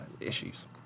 issues